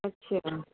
ਅੱਛਾ